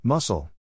Muscle